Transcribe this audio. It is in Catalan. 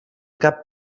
cap